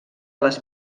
les